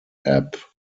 app